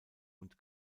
und